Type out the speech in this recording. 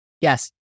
Yes